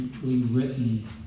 written